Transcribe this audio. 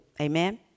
Amen